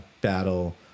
battle